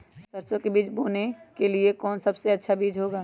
सरसो के बीज बोने के लिए कौन सबसे अच्छा बीज होगा?